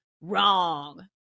wrong